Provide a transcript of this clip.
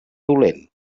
dolent